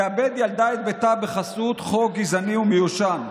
תאבד ילדה את ביתה בחסות חוק גזעני ומיושן,